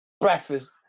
Breakfast